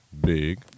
Big